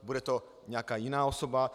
Bude to nějaká jiná osoba?